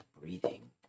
breathing